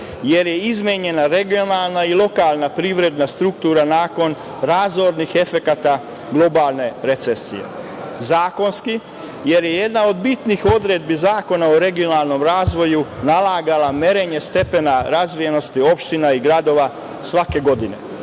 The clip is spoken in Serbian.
jer je izmenjena regionalna i lokalna privredna struktura nakon razornih efekata globalne recesije. Zakonski jer je jedna od bitnih odredbi Zakona o regionalnom razvoju nalagala merenje stepena razvijenosti opština i gradova svake godine.